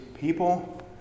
people